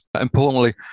Importantly